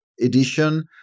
edition